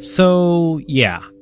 so yeah,